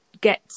get